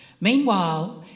meanwhile